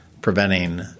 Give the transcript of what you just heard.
preventing